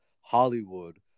Hollywood